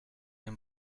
your